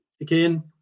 again